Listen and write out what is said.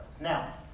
Now